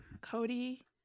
Cody